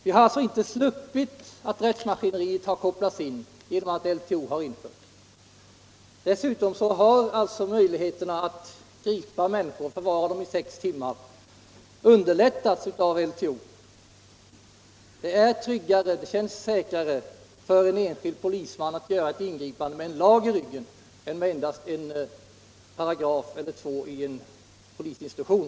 Vi har alltså inte sluppit att rättsmaskineriet kopplas in genom att LTO har införts. Dessutom har möjligheterna att gripa människor och förvara dem i sex timmar underlättats av LTO. Det är tryggare, det känns säkrare för en enskild polisman att göra ett ingripande med en lag bakom ryggen än med endast en paragraf eller två i en polisinstruktion.